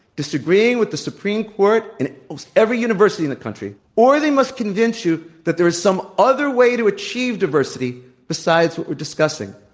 disagreeing with the supreme court and almost every university in the country, or they must convince you that there is some other way to achieve diversity besides what we're di scussing.